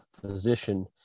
physician